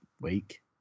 week